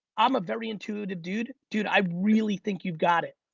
i'm a very intuitive dude. dude i really think you've got it.